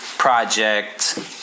Project